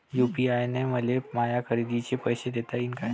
UPI न मले माया खरेदीचे पैसे देता येईन का?